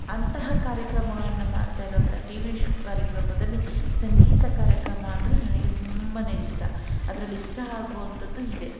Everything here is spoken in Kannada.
ಅಂತಹ ಕಾರ್ಯಕ್ರಮಗಳನ್ನು ಮಾಡ್ತಾ ಇರುವಂಥ ಟಿ ವಿ ಶ್ ಕಾರ್ಯಕ್ರಮದಲ್ಲಿ ಸಂಗೀತ ಕಾರ್ಯಕ್ರಮ ಅಂದರೆ ನನಗೆ ತುಂಬ ಇಷ್ಟ ಅದರಲ್ಲಿ ಇಷ್ಟ ಆಗುವಂಥದ್ದು ಇದೆ